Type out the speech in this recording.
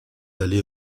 allés